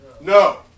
No